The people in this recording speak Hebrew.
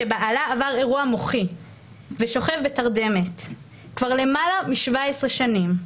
שבעלה עבר אירוע מוחי ושוכב בתרדמת כבר למעלה מ-17 שנים.